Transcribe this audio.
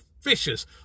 fishes